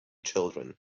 children